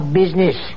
business